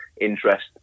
interest